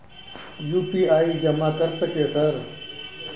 UPI जमा कर सके सर?